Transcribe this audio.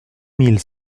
mille